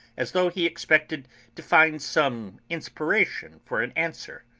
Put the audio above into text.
as though he expected to find some inspiration for an answer.